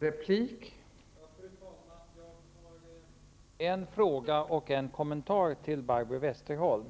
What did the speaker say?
Fru talman! Jag har en fråga och en kommentar till Barbro Westerholm